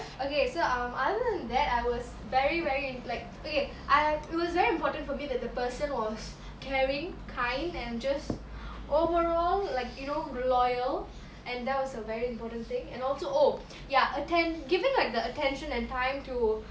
okay so um other than that I was very very like okay I it was very important for me that the person was caring kind and just overall like you know loyal and that was a very important thing and also oh ya attend giving like the attention and time to